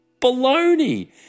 baloney